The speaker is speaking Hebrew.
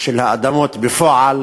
של האדמות בפועל